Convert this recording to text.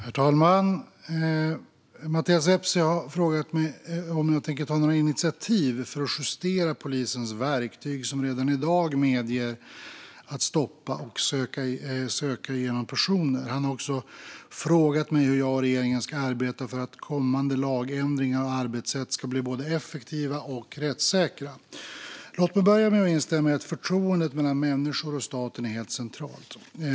Herr talman! Mattias Vepsä har frågat mig om jag tänker ta några initiativ för att justera polisens verktyg som redan i dag medger att polisen får stoppa och söka igenom personer. Han har också frågat mig hur jag och regeringen ska arbeta för att kommande lagändringar och arbetssätt ska bli både effektiva och rättssäkra. Låt mig börja med att instämma i att förtroendet mellan människor och staten är helt centralt.